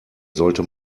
sollte